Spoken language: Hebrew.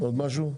עוד משהו?